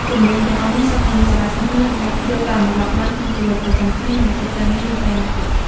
ជំនាញទាំងអស់នេះសុទ្ធតែមានសារៈសំខាន់ និងអាចយកទៅអនុវត្តបានក្នុងជីវិតប្រចាំថ្ងៃ និងអាជីពការងារនាពេលអនាគត។